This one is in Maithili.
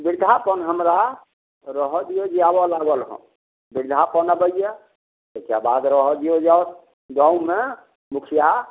बिरधापन हमरा रहऽ दियौ जे आबऽ लागल हँ बिरधापन अबैए तकरा बाद रहऽ दियौ जाउ गाँवमे मुखिआ